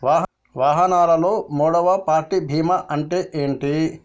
వాహనాల్లో మూడవ పార్టీ బీమా అంటే ఏంటి?